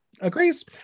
agrees